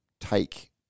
take